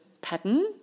pattern